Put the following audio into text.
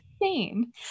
insane